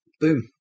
Boom